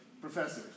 professors